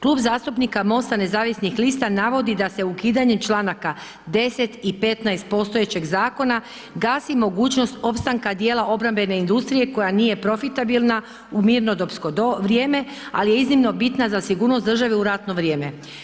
Klub zastupnika MOST-a nezavisnih lista navodi da se ukidanjem članaka 10. i 15. postojećeg zakona gasi mogućnost opstanka dijela obrambene industrije koja nije profitabilna u mirnodopsko vrijeme ali je iznimno bitna za sigurnost države u ratno vrijeme.